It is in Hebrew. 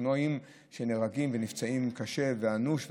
אופנועים שנהרגים ונפצעים קשה ואנוש,